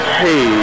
hey